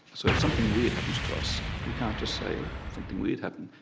so if something weird happens to us, we can't just say ah something weird happened.